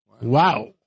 Wow